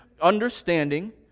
understanding